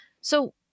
So-